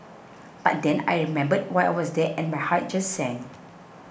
but then I remembered why I was there and my heart just sank